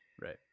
Right